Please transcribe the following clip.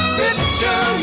picture